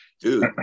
Dude